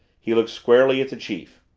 he looked squarely at the chief.